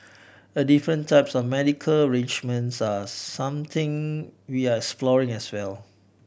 and different types of medical arrangements are something we're exploring as well